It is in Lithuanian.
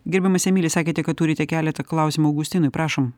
gerbiamas emili sakėte kad turite keletą klausimų augustinui prašom